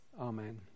Amen